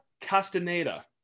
Castaneda